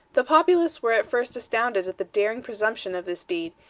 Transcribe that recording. the populace were at first astounded at the daring presumption of this deed,